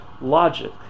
logic